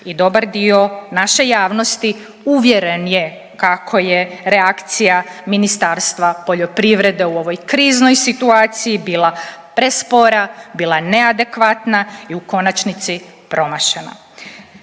i dobar dio naše javnosti uvjeren je kako je reakcija Ministarstva poljoprivrede u ovoj kriznoj situaciji bila prespora, bila neadekvatna i u konačnici promašena.